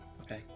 Okay